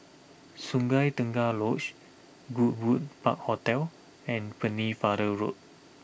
Sungei Tengah Lodge Goodwood Park Hotel and Pennefather Road